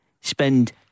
spend